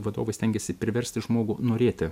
vadovai stengiasi priversti žmogų norėti